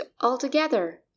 altogether